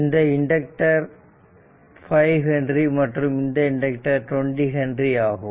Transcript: இந்த inductor 5 H மற்றும் இந்த இண்டக்டர் 20 H ஆகும்